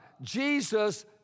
Jesus